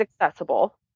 accessible